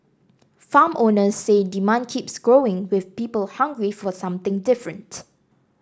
farm owners say demand keeps growing with people hungry for something different